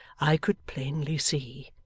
i could plainly see.